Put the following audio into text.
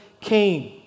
came